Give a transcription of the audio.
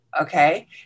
okay